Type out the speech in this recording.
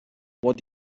what